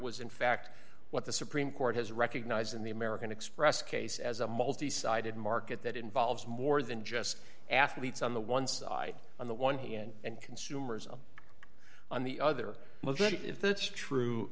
was in fact what the supreme court has recognized in the american express case as a multi sided market that involves more than just athletes on the one side on the one hand and consumers of on the other if that's